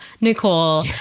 Nicole